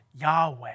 Yahweh